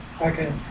Okay